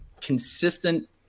consistent